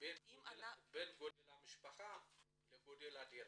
ובין גודל המשפחה לגודל הדירה.